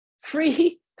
Free